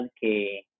que